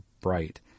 bright